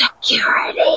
security